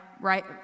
right